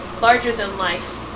larger-than-life